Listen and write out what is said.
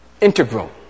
integral